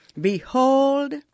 Behold